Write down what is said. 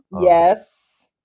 Yes